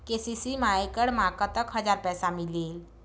KCC मा एकड़ मा कतक हजार पैसा मिलेल?